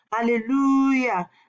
Hallelujah